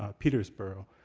ah petersboro,